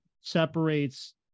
separates